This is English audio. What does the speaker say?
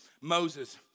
Moses